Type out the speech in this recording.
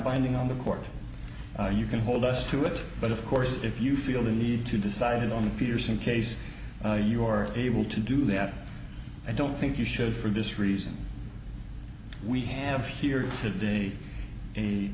binding on the court you can hold us to it but of course if you feel the need to decided on the peterson case your able to do that i don't think you should for this reason we have here today